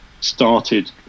started